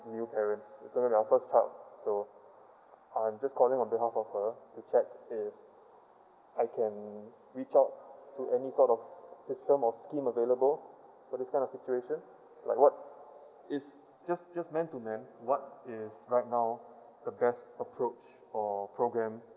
new parents our first child so I'm just calling on behalf of her to check if I can reach out to any sort of system or scheme available for this kind of situation like what's if just just man to man what is right now the best approach or program